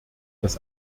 das